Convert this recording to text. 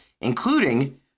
including